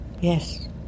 Yes